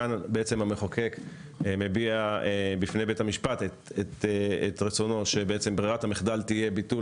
כאן המחוקק מביע בפני בית המשפט את רצונו שבעצם ברירת המחדל תהיה ביטול